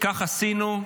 וכך עשינו.